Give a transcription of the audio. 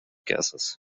gases